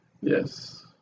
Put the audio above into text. Yes